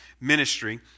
ministry